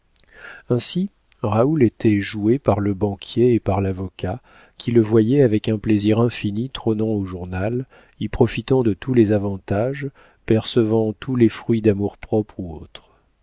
ainsi raoul était joué par le banquier et par l'avocat qui le voyaient avec un plaisir infini trônant au journal y profitant de tous les avantages percevant tous les fruits d'amour-propre ou autres